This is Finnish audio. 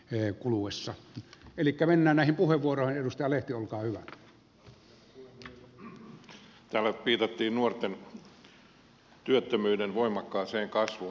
en kuluessa yli kävellään näihin puheenvuoroihin täällä viitattiin nuorten työttömyyden voimakkaaseen kasvuun